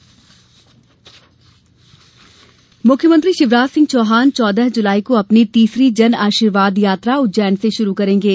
जन आशीर्वाद यात्रा मुख्यमंत्री शिवराज सिंह चौहान चौदह जुलाई को अपनी तीसरी जन आशीर्वाद यात्रा उज्जैन से शुरू करेंगे